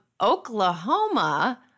Oklahoma